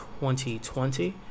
2020